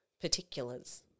particulars